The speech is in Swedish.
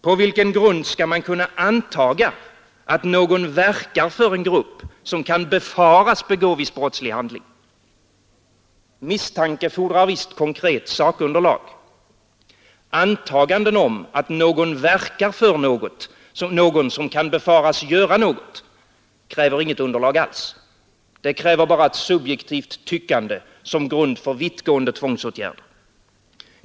På vilken grund skall man kunna antaga, att någon verkar för en grupp som kan befaras begå viss brottslig handling? Misstanke fordrar visst konkret sakunderlag. Antaganden om att någon verkar för någon som kan befaras göra något kräver inget underlag alls. Det kräver bara ett subjektivt tyckande som grund för vittgående tvångsåtgärder.